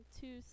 two